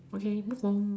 okay move on